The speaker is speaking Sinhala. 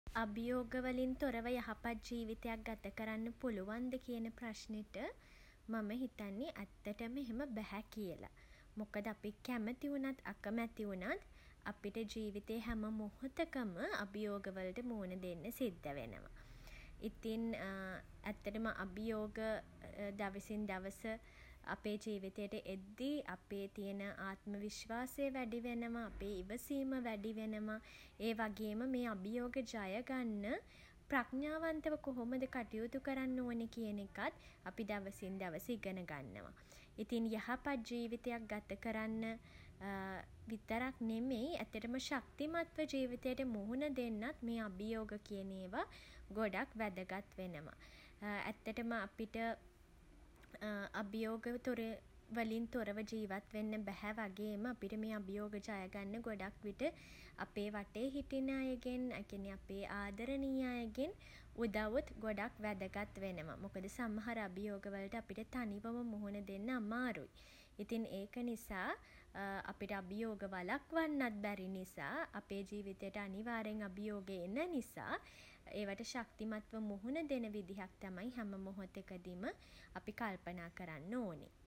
අභියෝග වලින් තොරව යහපත් ජීවිතයක් ගත කරන්න පුලුවන්ද කියන ප්‍රශ්නෙට මම හිතන්නේ ඇත්තටම එහෙම බැහැ කියලා. මොකද අපි කැමති වුණත් අකමැති වුණත් අපිට ජීවිතේ හැම මොහොතකම අභියෝග වලට මූණ දෙන්න සිද්ධ වෙනවා. ඉතින් ඇත්තටම අභියෝග දවසින් දවස අපේ ජීවිතේට එද්දී අපේ තියෙන ආත්ම විශ්වාසය වැඩි වෙනවා. අපේ ඉවසීම වැඩි වෙනවා. ඒ වගේම මේ අභියෝගය ජයගන්න ප්‍රඥාවන්තව කොහොමද කටයුතු කරන්න ඕනේ කියන එකත් අපි දවසින් දවස ඉගෙන ගන්නවා. ඉතින් යහපත් ජීවිතයක් ගත කරන්න විතරක් නෙමෙයි ඇත්තටම ශක්තිමත්ව ජීවිතයට මුහුණ දෙන්නත් මේ අභියෝග කියන ඒවා ගොඩක් වැදගත් වෙනවා. ඇත්තටම අපිට අභියෝග වලින් තොරව ජීවත් වෙන්න බැහැ වගේම අපිට මේ අභියෝග ජය ගන්න ගොඩක් විට අපේ වටේ සිටින අයගෙන් ඒ කියන්නේ අපේ ආදරණීය අයගෙන් උදව්ත් ගොඩක් වැදගත් වෙනවා. මොකද සමහර අභියෝග වලට අපිට තනිවම මුහුණ දෙන්න අමාරුයි. ඉතින් ඒක නිසා අපිට අභියෝග වළක්වන්නත් බැරි නිසා අපේ ජීවිතයට අනිවාර්යෙන් අභියෝග එන නිසා ඒවාට ශක්තිමත්ව මුහුණ දෙන විදියක් තමයි හැම මොහොතකදිම අපි කල්පනා කරන්න ඕනේ.